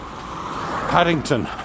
Paddington